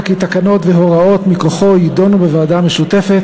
כי תקנות והוראות מכוחו יידונו בוועדה משותפת